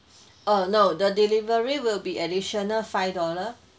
err no the delivery will be additional five dollar